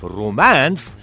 romance